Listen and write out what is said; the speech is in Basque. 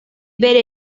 bere